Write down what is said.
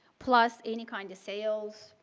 plus any kind of sales,